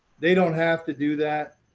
they don't have to do that.